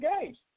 games